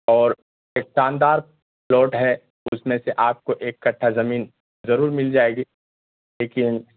اور ایک شاندار پلاٹ ہے اس میں سے آپ ایک کٹھہ زمین ضرور مل جائے گی لیکن